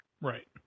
Right